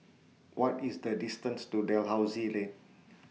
What IS The distance to Dalhousie Lane